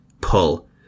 pull